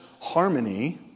harmony